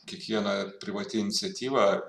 kiekviena privati iniciatyva